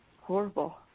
Horrible